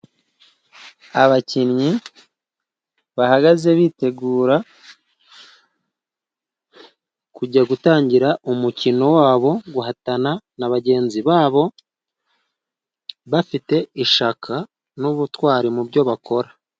Abakinnyi bahagaze bitegura kujya gutangira umukino wabo, guhatana na bagenzi babo, bafite ishaka nubutwari mu byo bakora.